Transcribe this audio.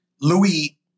Louis